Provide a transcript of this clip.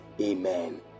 Amen